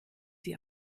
sie